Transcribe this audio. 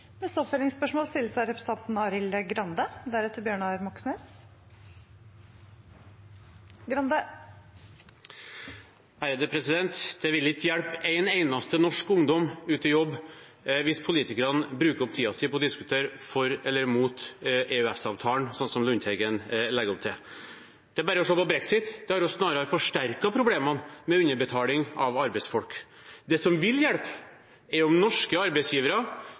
Arild Grande – til oppfølgingsspørsmål. Det vil ikke hjelpe en eneste norsk ungdom ut i jobb hvis politikerne bruker opp tiden sin på å diskutere for eller mot EØS-avtalen, sånn som Lundteigen legger opp til. Det er bare å se på brexit. Det har snarere forsterket problemene med underbetaling av arbeidsfolk. Det som vil hjelpe, er om norske arbeidsgivere